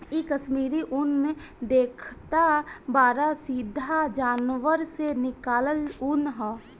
इ कश्मीरी उन देखतऽ बाड़ऽ सीधा जानवर से निकालल ऊँन ह